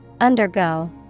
UNDERGO